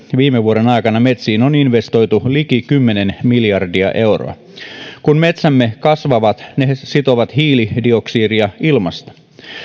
viime vuoden aikana metsiin on investoitu liki kymmenen miljardia euroa kun metsämme kasvavat ne sitovat hiilidioksidia ilmasta